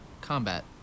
combat